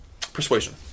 persuasion